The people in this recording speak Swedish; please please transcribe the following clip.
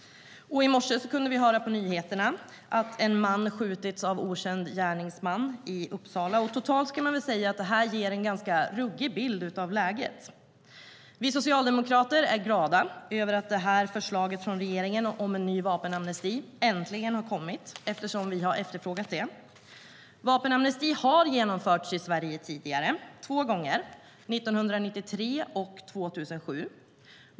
I morse kunde vi höra på nyheterna att en man skjutits av okänd gärningsman i Uppsala. Totalt kan man väl säga att det här ger en ganska ruggig bild av läget. Vi socialdemokrater är glada över att förslaget från regeringen om en ny vapenamnesti äntligen har kommit, eftersom vi har efterfrågat det. Vapenamnesti har genomförts i Sverige två gånger tidigare, 1993 och 2007.